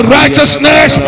righteousness